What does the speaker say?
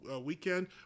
weekend